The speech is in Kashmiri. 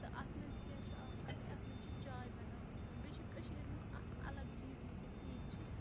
تہٕ اَتھ منٛز کیٛاہ چھُ آسان کہِ اَتھ منٛز چھِ چاے بناونہٕ یِوان بیٚیہِ چھِ کٔشیٖر منٛز اَکھ الگ چیٖز ییٚتہِ کہِ ییٚتہِ چھِ